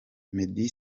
meddy